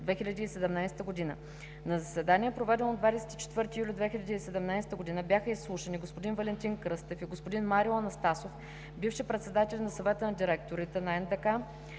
Валентин Кръстев и господин Марио Анастасов – бивши председатели на Съвета на директорите на